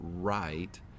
right